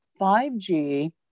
5G